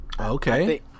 okay